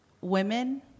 women